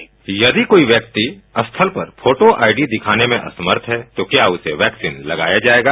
प्रश्न यदि कोई व्यक्ति स्थल पर फोटो आईडी दिखाने में असमर्थ हैं तो क्या उसे वैक्सीन लगाया जाएगा